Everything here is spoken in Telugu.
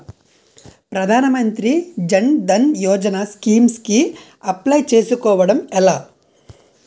ప్రధాన మంత్రి జన్ ధన్ యోజన స్కీమ్స్ కి అప్లయ్ చేసుకోవడం ఎలా?